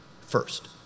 first